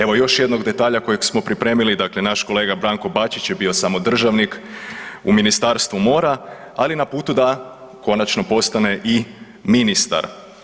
Evo još jednog detalja kojeg smo pripremili, dakle naš kolega Branko Bačić je bio samo državnik u Ministarstvu mora, ali na putu da konačno postane i ministar.